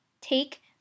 Take